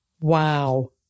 Wow